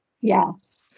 Yes